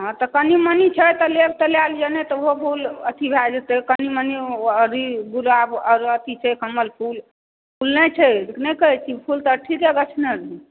हँ तऽ कनि मनी छै तऽ लेब तऽ लै लिय नहि ओहो अथी भए जेतै कनि मनी गुलाब आर की छै कमल फूल फूल नहि छै नहि कहै छै फूल तऽ ठीके गछने रही